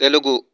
Telugu